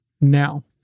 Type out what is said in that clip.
now